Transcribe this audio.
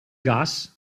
gas